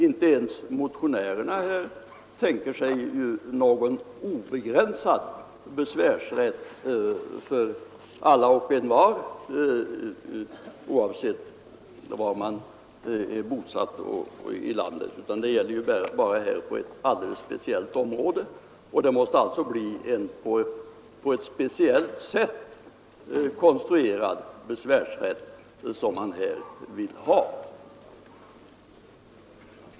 Inte ens motionärerna tänker sig ju någon obegränsad besvärsrätt för alla och envar, oavsett var i landet man är bosatt. Besvärsrätten skall gälla inom ett alldeles speciellt område, och det måste alltså vara en på speciellt sätt konstruerad besvärsrätt motionärerna här vill ha.